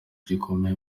gikomeye